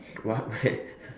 what why